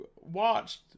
watched